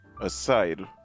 aside